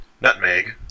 nutmeg